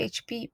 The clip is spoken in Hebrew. PHP,